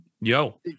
yo